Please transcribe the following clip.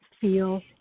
feel